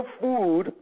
food